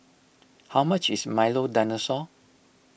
how much is Milo Dinosaur